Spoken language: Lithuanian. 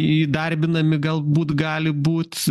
įdarbinami galbūt gali būt